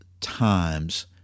times